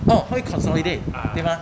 orh how you consolidate 对 mah